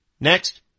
Next